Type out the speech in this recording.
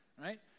right